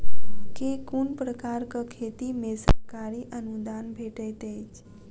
केँ कुन प्रकारक खेती मे सरकारी अनुदान भेटैत अछि?